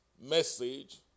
message